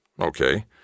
Okay